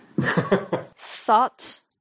thought